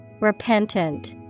Repentant